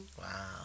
Wow